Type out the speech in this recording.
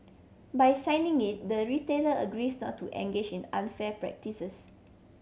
by signing it the retailer agrees not to engage in unfair practices